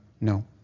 No